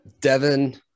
Devin